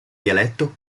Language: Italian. dialetto